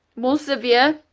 more severe,